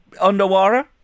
underwater